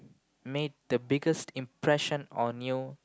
made the biggest impression on you